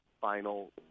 final